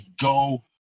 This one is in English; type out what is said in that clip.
go